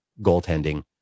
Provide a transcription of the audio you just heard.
goaltending